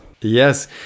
Yes